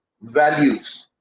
values